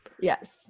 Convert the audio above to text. yes